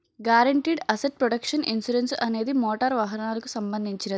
guaranteed asset protection insurance అనేది motor వాహనాలకు సంబంధించినది